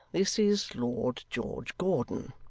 this is lord george gordon